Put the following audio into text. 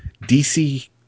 DC –